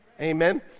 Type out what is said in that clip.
Amen